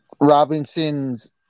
Robinson's